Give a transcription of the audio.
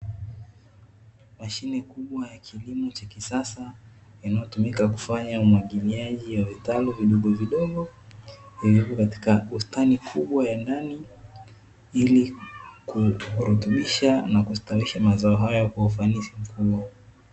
Mashine kubwa ya kilimo cha kisasa, inayotumika kufanya umwagiliaji wa vitalu vidogovidogo, kupelekwa katika bustani kubwa ya ndani, ili kurekebisha na kustawisha mazao haya kwa ufanisi mkubwa.